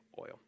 oil